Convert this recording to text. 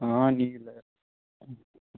ਹਾਂ ਨਹੀਂ ਲੈ